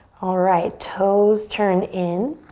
alright, toes turn in.